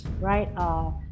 right